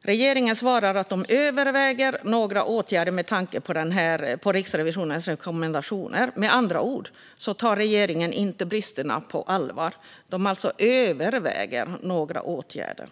Regeringen svarar att man överväger några åtgärder med tanke på Riksrevisionens rekommendationer. Med andra ord tar regeringen inte bristerna på allvar. Man "överväger" några åtgärder.